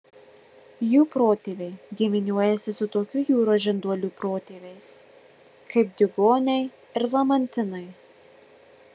jų protėviai giminiuojasi su tokių jūros žinduolių protėviais kaip diugoniai ir lamantinai